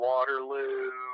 Waterloo